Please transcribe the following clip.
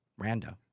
Rando